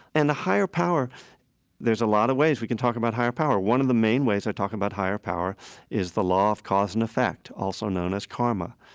and the higher power there's a lot of ways we can talk about higher power, one of the main ways i talk about higher power is the law of cause and effect, also known as karma.